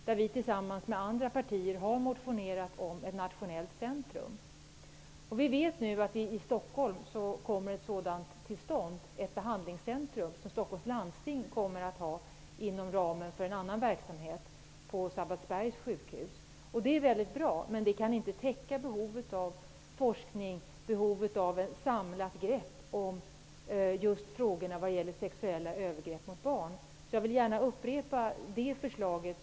Vi har tillsammans med andra partier motionerat om ett nationellt centrum. Vi vet att ett sådant nu skall komma till stånd i Stockholm. Det är ett behandlingscentrum som Stockholms landsting kommer att driva inom ramen för annan verksamhet på Sabbatsbergs sjukhus. Det är bra, men det kan inte täcka behovet av forskning och behovet av att man har ett samlat grepp om frågorna som rör sexuella övergrepp mot barn. Jag vill gärna upprepa det här förslaget.